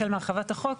החל מהרחבת החוק,